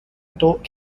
adult